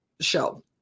show